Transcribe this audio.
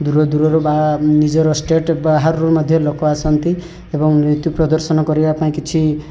ଦୂର ଦୂରରୁ ବା ନିଜର ଷ୍ଟେଟ୍ ବାହାରୁ ମଧ୍ୟ ଲୋକ ଆସନ୍ତି ଏବଂ ନୀତି ପ୍ରଦର୍ଶନ କରିବା ପାଇଁ କିଛି